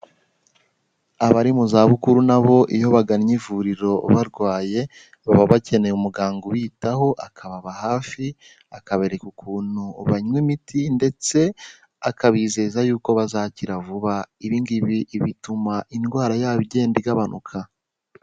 Abari mu za bukuru nabo iyo bagannye ivuriro barwaye baba bakeneye umuganga ubiyitaho akababababa hafi akabereka ukuntu banywa imiti ndetse akabizeza yuko bazakira vuba, ibi ngibi bituma indwara yabo igenda igabanuka.